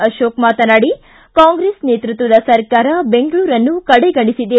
ಅಶೋಕ ಮಾತನಾಡಿ ಕಾಂಗ್ರೆಸ್ ನೇತೃತ್ವದ ಸರ್ಕಾರ ಬೆಂಗಳೂರನ್ನು ಕಡೆಗಣಿಸಿದೆ